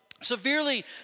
severely